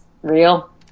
real